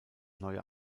neue